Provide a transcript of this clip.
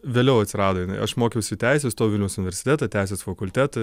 vėliau atsirado jinai aš mokiausi teisę įstojau į vilniaus universitetą teisės fakultetą